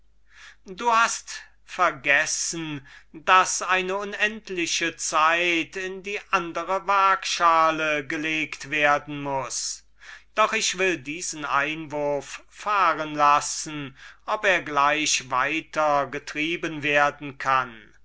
du hast vergessen daß eine unendliche zeit in die andere waagschale gelegt werden muß doch ich will diesen einwurf fahren lassen ob er gleich weiter getrieben werden kann